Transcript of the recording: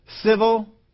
Civil